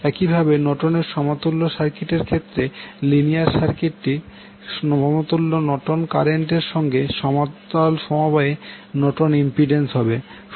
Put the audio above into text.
একইভাবে নর্টনের সমতুল্য সার্কিট এর ক্ষেত্রে লিনিয়ার সার্কিটটি সমতুল্য নর্টন কারেন্ট এর সঙ্গে সমান্তরাল সমবায়ে নর্টন ইম্পিড্যান্স হবে